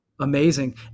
amazing